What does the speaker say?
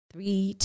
Three